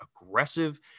aggressive